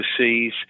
overseas